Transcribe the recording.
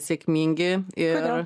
sėkmingi ir